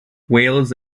wales